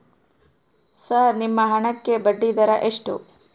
Sir ನಿಮ್ಮ ಹಣಕ್ಕೆ ಬಡ್ಡಿದರ ಎಷ್ಟು?